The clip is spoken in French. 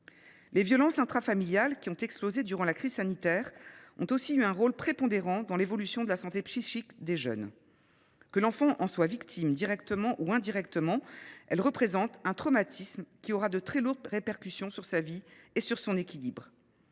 Les violences intrafamiliales, qui ont explosé durant la crise sanitaire, ont aussi eu un rôle prépondérant dans l’évolution de la santé psychique des jeunes. Que l’enfant en soit victime directement ou indirectement, elles représentent un traumatisme qui aura de très lourdes répercussions sur sa vie et sur son équilibre.